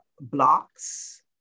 blocks